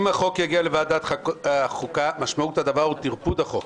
אם החוק יגיע לוועדת החוקה משמעות הדבר הוא טרפוד החוק.